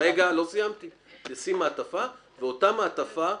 ואותה מעטפה,